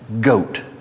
goat